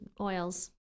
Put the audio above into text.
oils